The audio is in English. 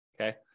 okay